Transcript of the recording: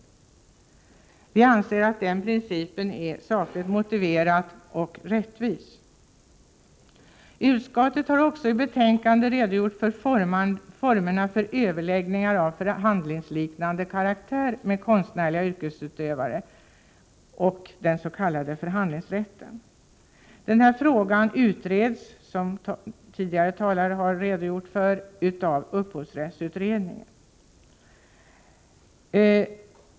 Denna princip anser vi vara rättvis och sakligt motiverad. Utskottet har också i betänkandet redogjort för formerna för överläggningar av förhandlingsliknande karaktär med konstnärliga yrkesutövare, den s.k. förhandlingsrätten. Frågan utreds, som tidigare talare har redogjort för, av upphovsrättsutredningen.